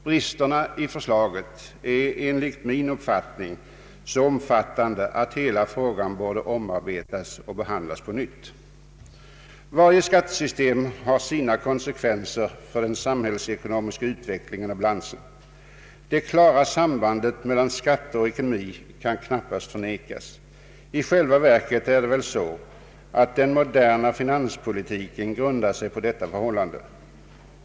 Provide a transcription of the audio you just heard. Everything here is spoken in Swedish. Bristerna i förslaget är enligt min uppfattning så omfattande att hela frågan borde behandlas på nytt. Varje skattesystem har sina konsekvenser för den samhällsekonomiska utvecklingen och balansen. Det klara sambandet mellan skatter och ekonomi kan knappast förnekas. I själva verket är det väl så att den moderna finanspolitiken grundar sig på detta förhållande.